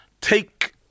Take